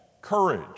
courage